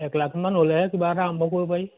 এক লাখমান ল'লেহে কিবা এটা আৰম্ভ কৰিব পাৰি